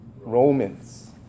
Romans